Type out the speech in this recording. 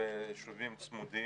ליישובים צמודים.